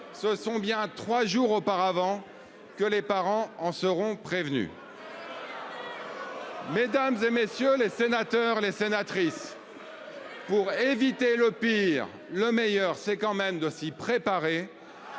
Ce sont bien 3 jours auparavant, que les parents en seront prévenus. Mesdames, et messieurs les sénateurs, les sénatrices. Pour éviter le pire, le meilleur, c'est quand même de s'y préparer.